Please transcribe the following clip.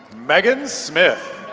meghan smith.